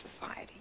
society